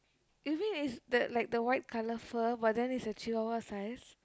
you mean is the like the white color fur but then is the Chihuahua size